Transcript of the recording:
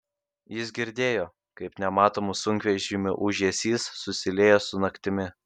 jis girdėjo kaip nematomų sunkvežimių ūžesys susilieja su naktimi